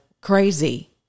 crazy